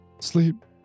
Sleep